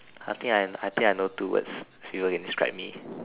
I think I I think I know two words people can describe me